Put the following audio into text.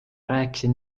rääkisin